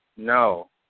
No